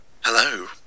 Hello